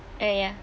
eh ya